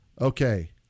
Okay